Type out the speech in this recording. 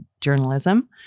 journalism